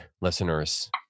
listeners